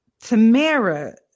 Tamara